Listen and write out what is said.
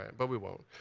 and but we won't.